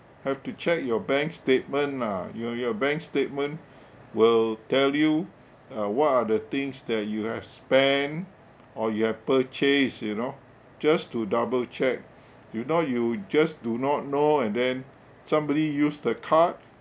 have to check your bank statement ah your your bank statement will tell you uh what are the things that you have spent or you have purchased you know just to double check you now you just do not know and then somebody use the card